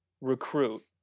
recruit